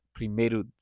Primeiro